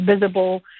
visible